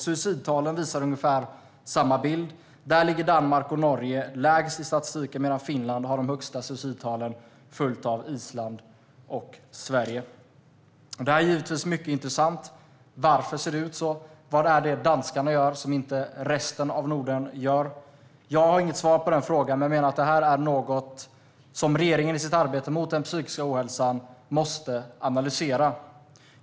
Suicidtalen visar ungefär samma bild. Där ligger Danmark och Norge lägst i statistiken medan Finland har de högsta suicidtalen, följt av Island och Sverige. Det här är givetvis mycket intressant. Varför ser det ut så? Vad är det danskarna gör som inte resten av Norden gör? Jag har inget svar på den frågan, men jag menar att detta är något som regeringen i sitt arbete mot den psykiska ohälsan måste analysera.